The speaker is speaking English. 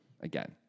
again